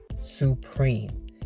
supreme